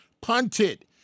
punted